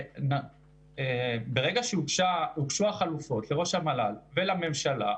ברגע שהוגשו החלופות לראש המל"ל ולממשלה,